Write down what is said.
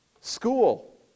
school